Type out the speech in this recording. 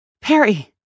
Perry